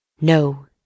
No